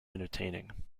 entertaining